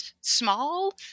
small